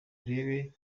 urebe